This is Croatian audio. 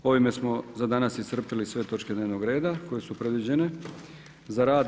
Ovime smo za danas iscrpili sve točke dnevnog reda koje su predviđene za rad.